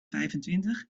vijfentwintig